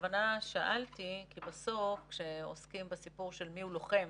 שאלתי בכוונה כי כשעוסקים בשאלה מיהו לוחם